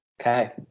Okay